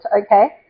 okay